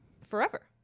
forever